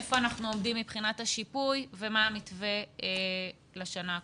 היכן אנחנו עומדים מבחינת השיפוי ומה המתווה לשנה הקרובה.